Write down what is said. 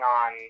on